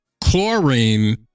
chlorine